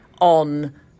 on